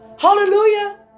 Hallelujah